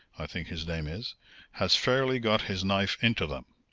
i think his name is has fairly got his knife into them.